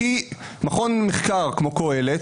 מכון למחקר כמו מכון קהל.